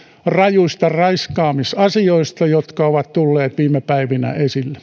rajuista raiskaamisasioista jotka ovat tulleet viime päivinä esille